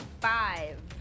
Five